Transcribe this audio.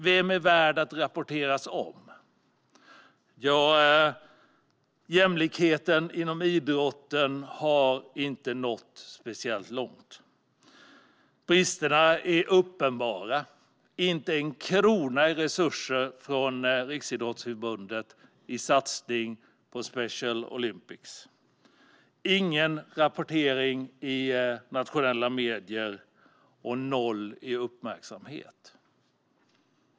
Vem är värd att rapporteras om? Jämlikheten inom idrotten har inte nått speciellt långt. Bristerna är uppenbara. Riksidrottsförbundet har inte satsat en krona på Special Olympics. Det finns ingen rapportering i nationella medier - noll uppmärksamhet.